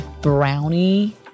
brownie